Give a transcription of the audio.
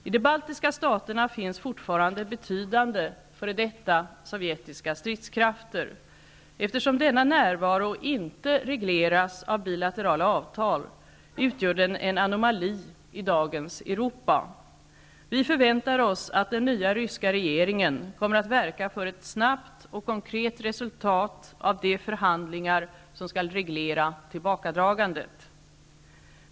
I de baltiska staterna finns fortfarande betydande f.d. sovjetiska stridskrafter. Eftersom denna närvaro inte regleras av bilaterala avtal utgör den en anomali i dagens Europa. Vi förväntar oss att den nya ryska regeringen kommer att verka för ett snabbt och konkret resultat av de förhandlingar som skall reglera tillbakadragandet.